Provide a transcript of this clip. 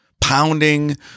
pounding